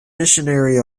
missionary